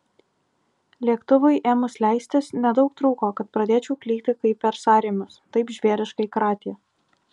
lėktuvui ėmus leistis nedaug trūko kad pradėčiau klykti kaip per sąrėmius taip žvėriškai kratė